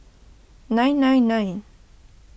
nine nine nine